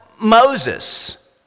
Moses